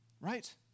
Right